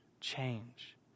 change